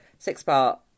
six-part